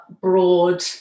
broad